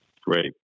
Great